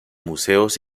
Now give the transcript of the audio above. museos